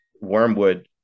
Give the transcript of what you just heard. Wormwood